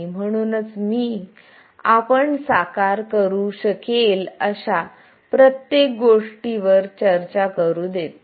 तर म्हणूनच मी आपण साकार करू शकेल अशा प्रत्येक गोष्टीवर चर्चा करू देतो